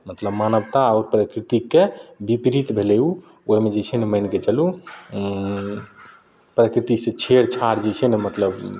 मतलब मानवता आओर प्रकृतिके विपरीत भेलय उ ओइमे जे छै ने मानिके चलू प्रकृतिसँ छेड़छाड़ जे छै ने मतलब